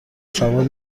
سوار